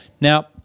Now